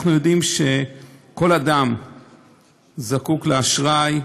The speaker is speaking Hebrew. אנחנו יודעים שכל אדם זקוק לאשראי,